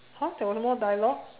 !huh! there was more dialogue